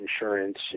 insurance